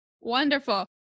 wonderful